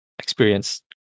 Experience